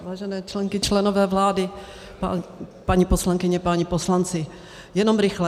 Vážené členky, členové vlády, paní poslankyně, páni poslanci, jenom rychle.